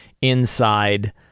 inside